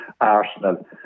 Arsenal